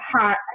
hot